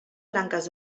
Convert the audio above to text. branques